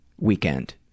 weekend